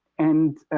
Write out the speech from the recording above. and